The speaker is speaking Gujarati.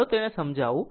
ચાલો તેને સમજાવું